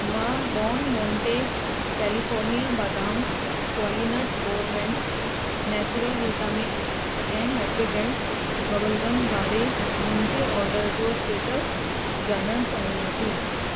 मां Don Monte California बादाम क्वालिनट गौरमेंट नेचुरल वीटा मिक्स ऐं हैप्पीडेन्ट बबल गम वारे मुंहिंजे ऑडर जो स्टेटस ॼाणणु चाहियां थी